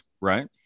Right